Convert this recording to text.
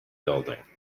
building